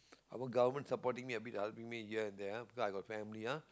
our government supporting me a bit here and there ah because I got family ah